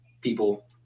people